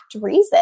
reason